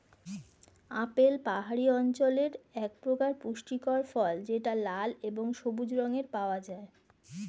apple পাহাড়ি অঞ্চলের একপ্রকার পুষ্টিকর ফল যেটা লাল এবং সবুজ রঙে পাওয়া যায়